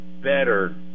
better